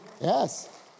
yes